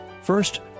First